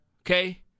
Okay